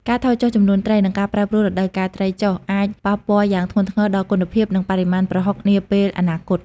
ការថយចុះចំនួនត្រី និងការប្រែប្រួលរដូវកាលត្រីចុះ អាចប៉ះពាល់យ៉ាងធ្ងន់ធ្ងរដល់គុណភាព និងបរិមាណប្រហុកនាពេលអនាគត។